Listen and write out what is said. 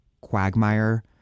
quagmire